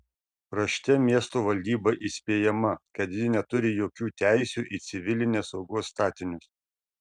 rašte miesto valdyba įspėjama kad ji neturi jokių teisių į civilinės saugos statinius